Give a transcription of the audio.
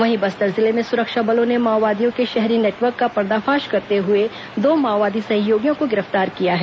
वहीं बस्तर जिले में सुरक्षा बलों ने माओवादियों के शहरी नेटवर्क का पर्दाफाश करते हुये दो माओवादी सहयोगियों को गिरफ्तार किया है